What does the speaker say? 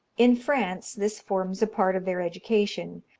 in france, this forms a part of their education,